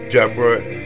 Deborah